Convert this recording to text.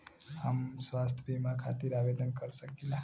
हम स्वास्थ्य बीमा खातिर आवेदन कर सकीला?